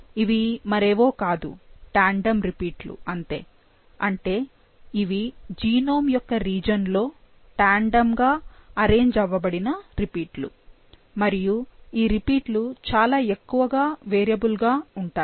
ఇవి మరేవో కాదు ట్యాండెమ్ రిపీట్లు అంతే అంటే ఇవి జీనోమ్ యొక్క రీజన్ లో ట్యాండెమ్ గా అరేంజ్ అవ్వబడిన రిపీట్లు మరియు ఈ రిపీట్లు చాలా ఎక్కువగా వేరియబుల్ గా ఉంటాయి